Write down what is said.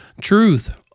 truth